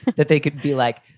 that they could be like,